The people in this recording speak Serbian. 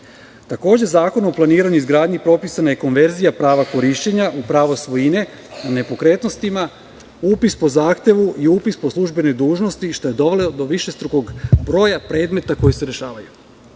Zakonom o planiranju i izgradnji je propisana konverzija prava korišćenja u pravo svojine nepokretnostima, upis po zahtevu i po upis po službenoj dužnosti, što je dovelo do višestrukog broja predmeta koji se rešavaju.